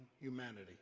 humanity